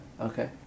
Okay